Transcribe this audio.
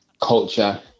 culture